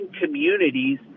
communities